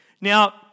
Now